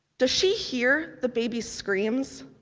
does she hear the babies' screams?